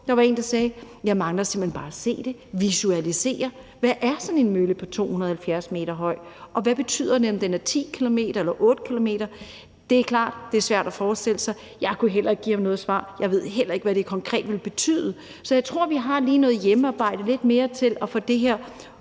Der var en, der sagde: Jeg mangler simpelt hen bare at se det, at visualisere det, i forhold til hvordan sådan en mølle på 270 m ser ud, og i forhold til hvad det betyder, om den er 10 km eller 8 km væk? Det er klart, at det er svært at forestille sig. Jeg kunne heller ikke give ham noget svar. Jeg ved heller ikke, hvad det konkret vil betyde. Så jeg tror lige, vi har lidt mere hjemmearbejde i forhold til at få det her